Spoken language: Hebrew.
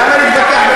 למה להתווכח?